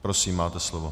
Prosím máte slovo.